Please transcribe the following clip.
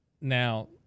Now